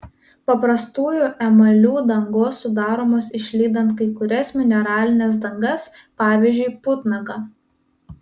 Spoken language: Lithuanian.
paprastųjų emalių dangos sudaromos išlydant kai kurias mineralines dangas pavyzdžiui putnagą